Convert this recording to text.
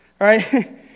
right